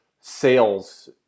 sales